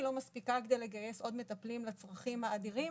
לא מספיקה כדי לגייס עוד מטפלים לצרכים האדירים,